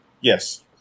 Yes